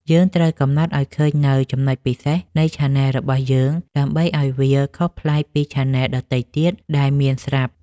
យើងត្រូវកំណត់ឱ្យឃើញនូវ ចំណុចពិសេស នៃឆានែលរបស់យើង ដើម្បីឱ្យវាខុសប្លែកពីឆានែលដទៃទៀតដែលមានស្រាប់។